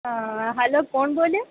hello કોણ બોલ્યું